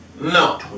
No